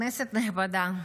כנסת נכבדה,